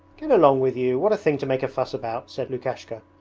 get along with you! what a thing to make a fuss about said lukashka,